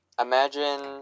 imagine